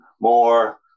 more